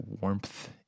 warmth